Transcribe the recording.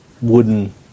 wooden